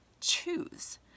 choose